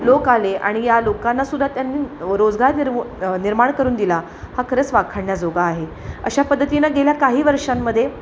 लोक आले आणि या लोकांना सुद्धा त्यांनी रोजगार निर्मू निर्माण करून दिला हा खरंच वाखाणण्याजोगा आहे अशा पद्धतीनं गेल्या काही वर्षांमध्ये